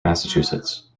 massachusetts